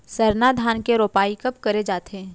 सरना धान के रोपाई कब करे जाथे?